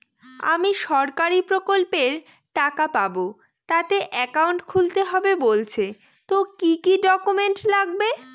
আমি সরকারি প্রকল্পের টাকা পাবো তাতে একাউন্ট খুলতে হবে বলছে তো কি কী ডকুমেন্ট লাগবে?